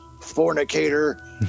fornicator